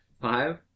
Five